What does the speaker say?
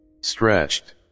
stretched